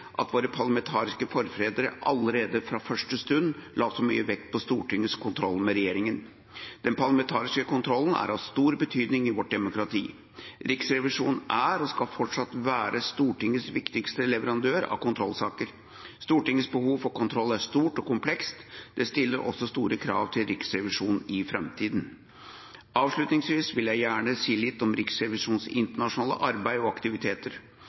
at våre parlamentariske forfedre allerede fra første stund la så mye vekt på Stortingets kontroll med regjeringen. Den parlamentariske kontrollen er av stor betydning i vårt demokrati. Riksrevisjonen er og skal fortsatt være Stortingets viktigste leverandør av kontrollsaker. Stortingets behov for kontroll er stort og komplekst. Det stiller også store krav til Riksrevisjonen i framtiden. Avslutningsvis vil jeg gjerne si litt om Riksrevisjonens internasjonale arbeid og aktiviteter.